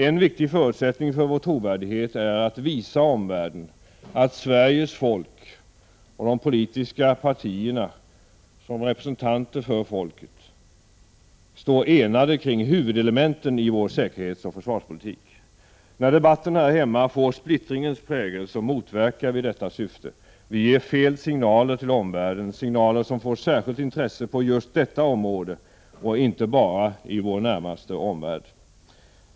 En viktig förutsättning för vår trovärdighet är att visa omvärlden att Sveriges folk och de politiska partierna som representanter för folket står enade kring huvudelementen i vår säkerhetsoch försvarspolitik. När debatten här hemma får splittringens prägel motverkar vi detta syfte. Vi ger fel signaler till omvärlden, signaler som får särskilt intresse på just detta område och inte bara i vår närmaste omvärld.